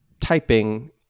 typing